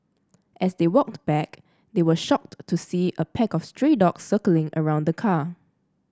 as they walked back they were shocked to see a pack of stray dogs circling around the car